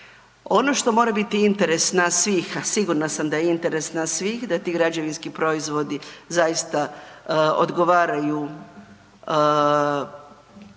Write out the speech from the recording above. Ono što mora biti interes nas svih, a sigurna sam da je interes nas svih da ti građevinski proizvodi zaista odgovaraju